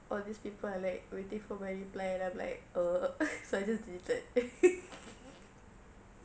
all these people are like waiting for my reply and I'm like err so I just deleted